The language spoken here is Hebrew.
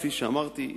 כפי שאמרתי,